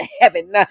heaven